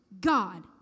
god